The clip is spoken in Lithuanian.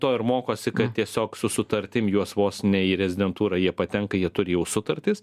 to ir mokosi kad tiesiog su sutartim juos vos ne į rezidentūrą jie patenka jie turi jau sutartis